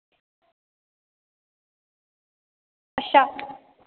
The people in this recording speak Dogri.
अच्छा